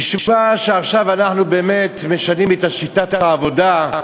נשמע שעכשיו אנחנו באמת משנים את שיטת העבודה,